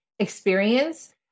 experience